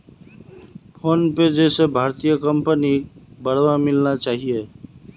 PhonePe जैसे भारतीय कंपनिक बढ़ावा मिलना चाहिए